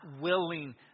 willing